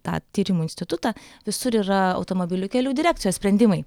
tą tyrimų institutą visur yra automobilių kelių direkcijos sprendimai